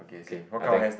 okay I think